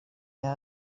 earth